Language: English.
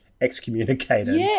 excommunicated